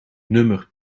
nummer